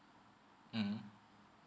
mmhmm